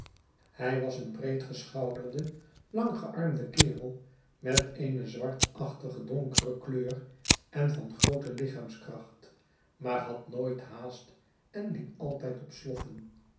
hij was een breedgeschouderde langgearmde kerel met eene zwartachtige donkere kleur en van groote lichaamskracht maar had nooit haast en liep altijd op sloffen